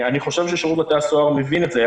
אני חושב ששירות בתי הסוהר מבין את זה,